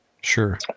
Sure